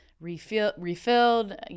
refilled